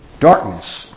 darkness